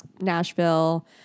Nashville